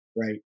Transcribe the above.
Right